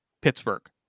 Pittsburgh